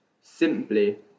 Simply